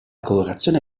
colorazione